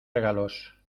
regalos